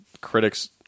critics